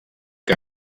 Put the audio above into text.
que